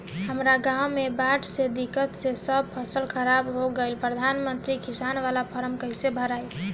हमरा गांव मे बॉढ़ के दिक्कत से सब फसल खराब हो गईल प्रधानमंत्री किसान बाला फर्म कैसे भड़ाई?